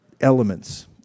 Elements